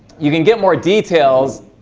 you can get more details